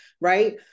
right